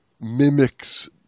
mimics